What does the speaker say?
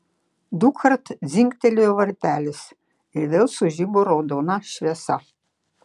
dukart dzingtelėjo varpelis ir vėl sužibo raudona šviesa